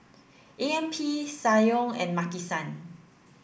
A M P Ssangyong and Maki san